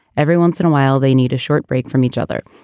every once in a while they need a short break from each other.